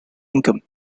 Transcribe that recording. income